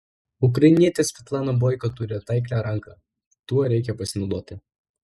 ukrainietė svetlana boiko turi taiklią ranką tuo reikia pasinaudoti